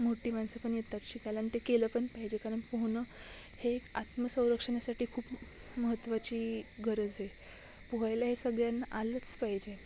मोट्टी माणसं पण येतात शिकायला ते केलं पन पाहिजे कारन पोहणं हे एक आत्मसौरक्षन्यासाटी खूप महत्वाची गरजए पोहायला हे सगळ्यांना आलंच पाहिजे